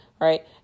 right